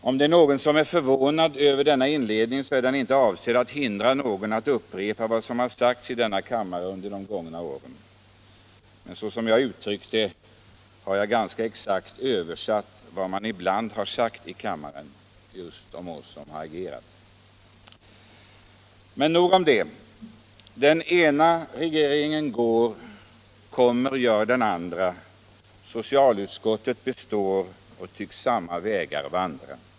Om det är någon som är förvånad över denna inledning, så är den inte avsedd att hindra den som så önskar från att upprepa vad som har sagts i denna kammare under de gångna åren. Men så som jag har uttryckt det har jag ganska exakt översatt vad man ibland har sagt i kammaren just om oss som har agerat. Men nog om det. Den ena regeringen går - kommer gör den andra. Socialutskottet består — och tycks samma vägar vandra.